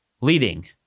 leading